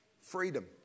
freedom